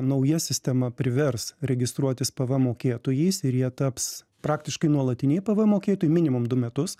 nauja sistema privers registruotis pvm mokėtojais ir jie taps praktiškai nuolatiniai pvm mokėtojai minimum du metus